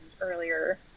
earlier